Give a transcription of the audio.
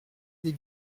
des